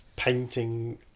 painting